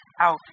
out